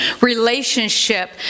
relationship